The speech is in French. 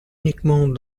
uniquement